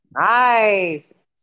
Nice